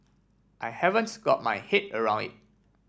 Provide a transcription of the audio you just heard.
I haven't got my head around it